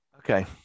okay